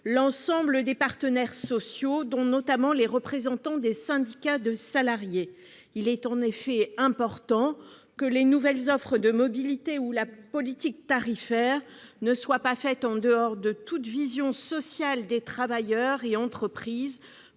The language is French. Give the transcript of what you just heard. l'ensemble des partenaires sociaux, notamment des syndicats de salariés. Il est important que les nouvelles offres de mobilité ou la politique tarifaire ne soient pas faites en dehors de toute vision sociale des travailleurs et entreprises